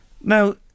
Now